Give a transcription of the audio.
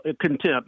Contempt